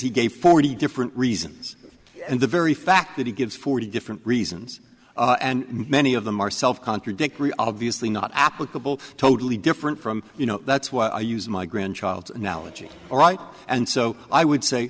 he gave forty different reasons and the very fact that he gives forty different reasons and many of them are self contradictory obviously not applicable totally different from you know that's why i use my grandchild analogy all right and so i would say